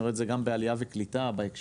אני רואה את זה גם בעלייה וקליטה בהקשר